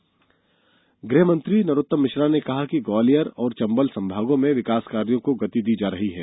नरोत्तम मिश्रा गृह मंत्री नरोत्तम मिश्रा ने कहा है कि ग्वालियर और चम्बल संभागों में विकासकार्यों को गति दी जा रही है